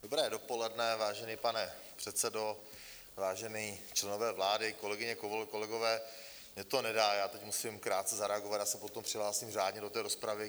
Dobré dopoledne, vážený pane předsedo, vážení členové vlády, kolegyně, kolegové, mně to nedá, já teď musím krátce zareagovat, poté se přihlásím řádně do rozpravy.